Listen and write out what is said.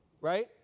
right